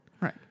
Right